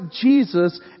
Jesus